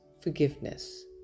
forgiveness